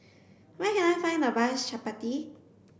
where can I find the best Chappati